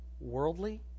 Worldly